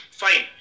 fine